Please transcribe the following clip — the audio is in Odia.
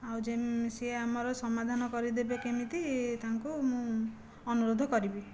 ଆଉ ଯେମ୍ ସିଏ ଆମର ସମାଧାନ କରିଦେବେ କେମିତି ତାଙ୍କୁ ମୁଁ ଅନୁରୋଧ କରିବି